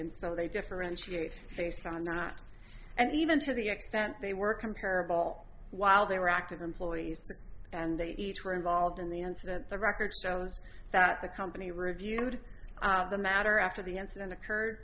and so they differentiate based on not and even to the extent they were comparable while they were active employees and they each were involved in the incident the record shows that the company reviewed the matter after the incident occurred